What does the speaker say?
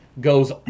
goes